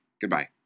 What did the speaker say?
Goodbye